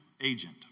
agent